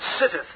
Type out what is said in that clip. sitteth